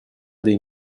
dei